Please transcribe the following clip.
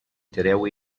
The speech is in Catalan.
tireu